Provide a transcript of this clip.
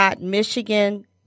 Michigan